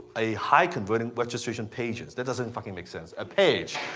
a high-converting registration pages. that doesn't fucking make sense. a page.